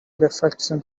reflection